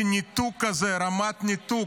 --- אני הייתי פה --- תודה רבה, תודה רבה.